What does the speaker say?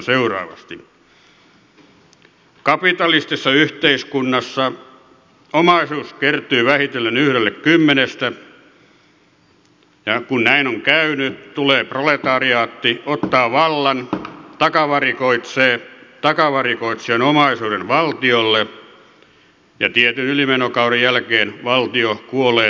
kapitalistisessa yhteiskunnassa omaisuus kertyy vähitellen yhdelle kymmenestä ja kun näin on käynyt tulee proletariaatti ottaa vallan takavarikoi omaisuuden valtiolle ja tietyn ylimenokauden jälkeen valtio kuolee tarpeettomana pois